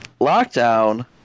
Lockdown